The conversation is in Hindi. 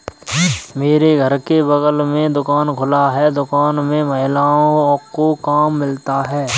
मेरे घर के बगल में दुकान खुला है दुकान में महिलाओं को काम मिलता है